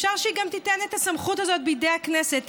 אפשר שהיא גם תיתן את הסמכות הזאת בידי הכנסת,